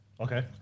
Okay